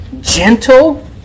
gentle